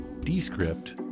Descript